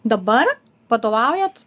dabar vadovaujat